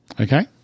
Okay